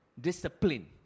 discipline